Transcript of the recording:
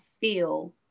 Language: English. feel